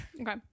Okay